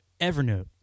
Evernote